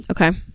Okay